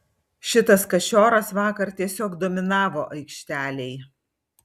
šitas kašioras vakar tiesiog dominavo aikštelėj